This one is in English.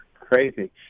crazy